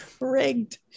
Rigged